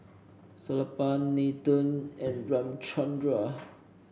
Sellapan Nathan and Ramchundra